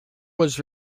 was